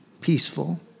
peaceful